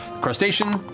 Crustacean